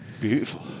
Beautiful